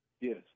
Yes